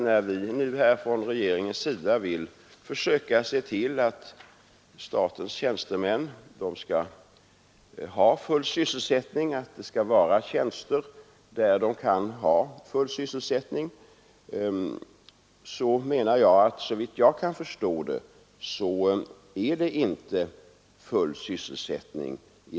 När regeringen nu försöker se till att statens tjänstemän får tjänster med full sysselsättning, måste jag säga att den tjänst som nu finns i Östersund inte kommer att ge full sysselsättning.